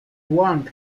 wong